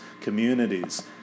communities